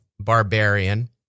Barbarian